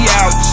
out